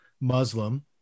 Muslim